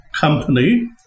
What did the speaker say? company